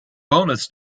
bonus